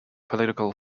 political